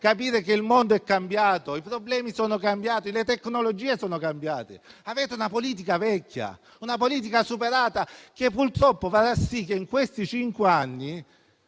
capire che il mondo è cambiato, i problemi sono cambiati, come lo sono le tecnologie. Avete una politica vecchia, ormai superata, che purtroppo farà sì che in questi cinque anni